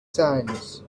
sands